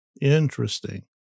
Interesting